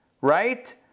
right